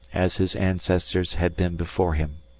as his ancestors had been before him.